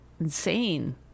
Insane